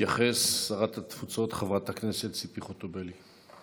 תתייחס שרת התפוצות חברת הכנסת ציפי חוטובלי.